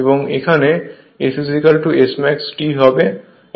এবং এখানে S Smax T হবে